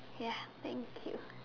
ya thank you